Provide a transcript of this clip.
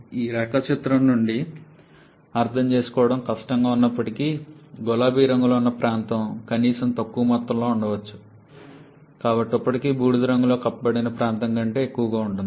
ఈ రేఖాచిత్రం నుండి అర్థం చేసుకోవడం చాలా కష్టంగా ఉన్నప్పటికీ గులాబీ రంగులో ఉన్న ప్రాంతం కనీసం తక్కువ మొత్తంలో ఉండవచ్చు కానీ ఇప్పటికీ బూడిద రంగులో కప్పబడిన ప్రాంతం కంటే ఎక్కువగా ఉంటుంది